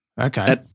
Okay